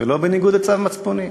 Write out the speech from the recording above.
ולא בניגוד לצו מצפוני,